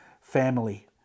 family